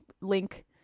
Link